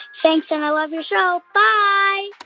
thanks, and i love your show bye